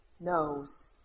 knows